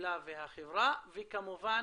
הקהילה והחברה, וכמובן